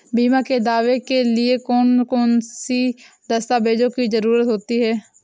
बीमा के दावे के लिए कौन कौन सी दस्तावेजों की जरूरत होती है?